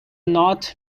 not